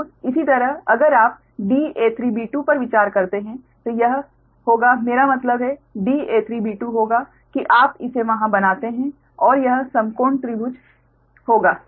अब इसी तरह अगर आप da3b2पर विचार करते हैं तो यह होगा मेरा मतलब है da3b2 होगा कि आप इसे वहाँ बनाते हैं और यह समकोण त्रिभुज होगा